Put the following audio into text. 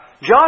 John